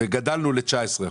וגדלנו ל-19 אחוזים?